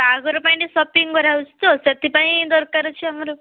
ବାହାଘର ପାଇଁ ଟିକେ ସପିଂ କରାହେଉଛି ତ ସେଥିପାଇଁ ଦରକାର ଅଛି ଆମର